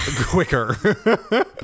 quicker